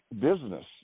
business